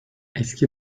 eski